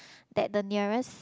that the nearest